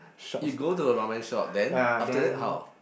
it go to the ramen shop then after that how